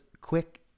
quick